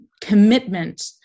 commitment